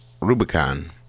Rubicon